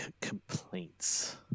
complaints